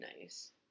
nice